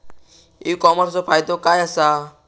E कॉमर्सचो फायदो काय असा?